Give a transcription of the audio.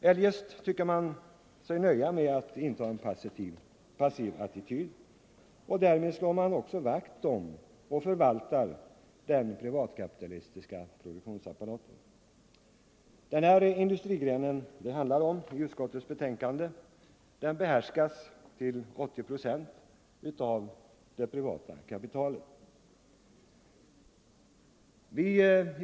Eljest nöjer man sig med att inta en passiv attityd, och därmed slår man också vakt om och förvaltar den privatkapitalistiska produktionsapparaten. Den industrigren som det handlar om i utskottets förevarande betänkande behärskas till 80 procent av det privata kapitalet.